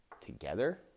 together